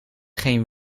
geen